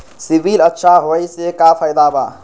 CIBIL अच्छा होऐ से का फायदा बा?